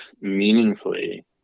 meaningfully